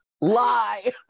Lie